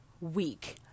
week